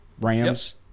Rams